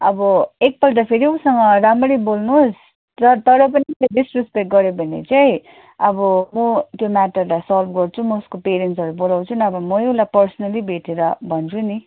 अब एक पल्ट फेरि उसँग राम्ररी बोल्नु होस् र तर पनि उसले डिसरेसपेक्ट गऱ्यो भने चाहिँ अब म त्यो म्याटरलाई सल्भ गर्छु म उसको प्यारेन्ट्सहरू बोलाउँछु नभए म उसलाई पर्सनली भेटेर भन्छु नि